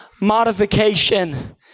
modification